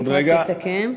רק תסכם.